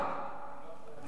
לא, ממש לא.